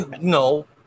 No